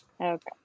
Okay